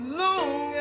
long